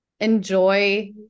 enjoy